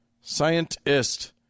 scientist